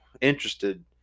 interested